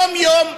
יום-יום,